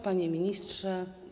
Panie Ministrze!